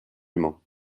mans